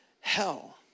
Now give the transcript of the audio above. hell